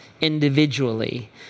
individually